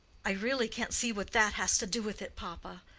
i really can't see what that has to do with it, papa.